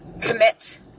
commit